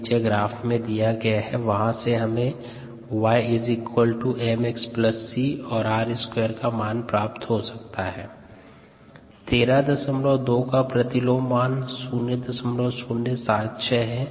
132 का प्रतिलोम मान 0076 है 78 का प्रतिलोम मान 0128 है